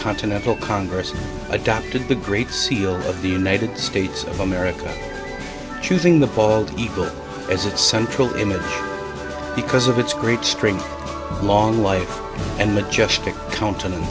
continental congress adopted the great seal of the united states of america choosing the bald eagle as its central image because of its great strength long life and majestic counte